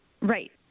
Right